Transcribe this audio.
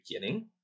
beginning